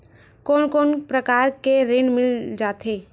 कोन कोन प्रकार के ऋण मिल जाथे?